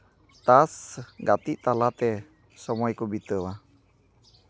ᱛᱟᱥ ᱜᱟᱛᱮᱜ ᱛᱟᱞᱟᱛᱮ ᱥᱚᱢᱚᱭ ᱠᱚ ᱵᱤᱛᱟᱹᱣᱟ